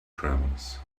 travelers